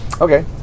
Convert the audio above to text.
Okay